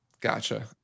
Gotcha